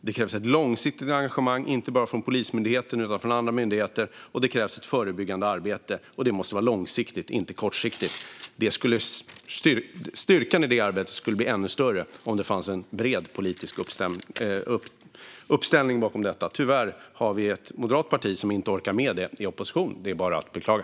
Det krävs ett långsiktigt engagemang, inte bara från Polismyndigheten utan även från andra myndigheter. Det krävs ett förebyggande arbete, och det måste vara långsiktigt, inte kortsiktigt. Styrkan i det arbetet skulle bli ännu större om det fanns en bred politisk uppställning bakom detta. Tyvärr har vi ett moderat parti som inte orkar med det i opposition. Det är bara att beklaga.